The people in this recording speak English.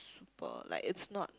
super like it's not